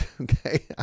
okay